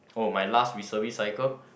oh my last reservist cycle